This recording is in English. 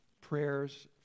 prayers